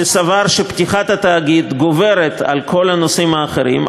שסבר שפתיחת התאגיד גוברת על כל הנושאים האחרים,